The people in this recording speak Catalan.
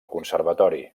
conservatori